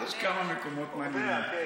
יש כמה מקומות מעניינים.